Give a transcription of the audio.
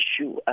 issue